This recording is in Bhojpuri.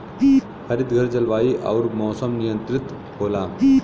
हरितघर जलवायु आउर मौसम नियंत्रित होला